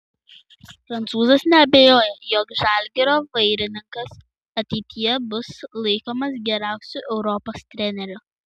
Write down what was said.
prancūzas neabejoja jog žalgirio vairininkas ateityje bus laikomas geriausiu europos treneriu